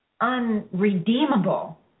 unredeemable